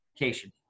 education